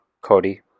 Cody